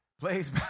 plays